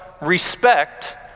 respect